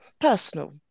personal